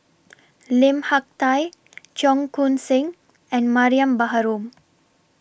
Lim Hak Tai Cheong Koon Seng and Mariam Baharom